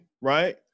right